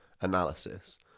analysis